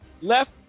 left